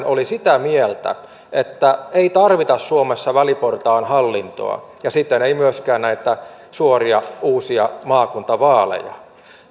oli sitä mieltä että ei tarvita suomessa väliportaan hallintoa ja siten ei myöskään näitä suoria uusia maakuntavaaleja